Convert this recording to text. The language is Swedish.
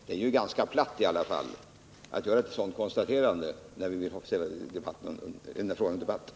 Detta är ändå ett ganska platt konstaterande, när vi nu har velat ställa den här frågan under debatt.